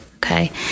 Okay